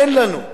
אין לנו.